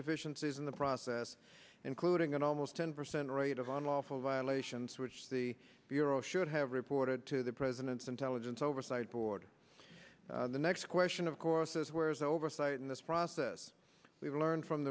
deficiencies in the process including an almost ten percent rate of unlawful violations which the bureau should have reported to the president's intelligence oversight board the next question of course is where is oversight in this process we learned from